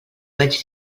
vaig